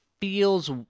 feels